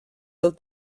del